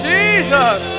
Jesus